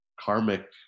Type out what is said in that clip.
karmic